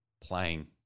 playing